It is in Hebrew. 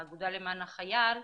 האגודה למען החייל,